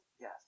Yes